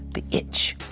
the itch.